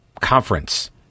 Conference